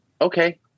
okay